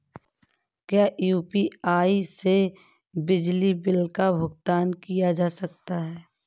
क्या यू.पी.आई से बिजली बिल का भुगतान किया जा सकता है?